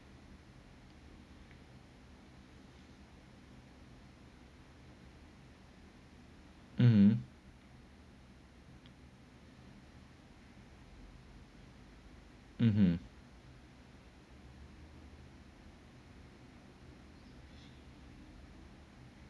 mm mm